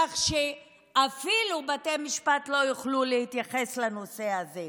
כך שאפילו בתי המשפט לא יוכלו להתייחס לנושא הזה,